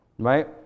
Right